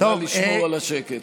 נא לשמור על השקט.